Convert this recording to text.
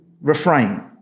refrain